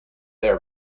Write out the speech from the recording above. their